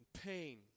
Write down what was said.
pain